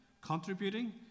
contributing